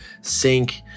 sink